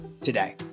today